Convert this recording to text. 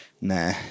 nah